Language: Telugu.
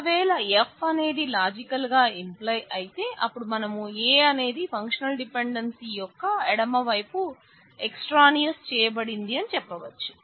ఒక వేళ F అనేది లాజికల్ గా ఇంప్లై అయితే అపుడు మనం A అనేది ఫంక్షనల్ డిపెండెన్సీ యొక్క ఎడమ వైపు ఎక్సట్రానియోస్ చేయబడింది అని చెప్పవచ్చు